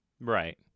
Right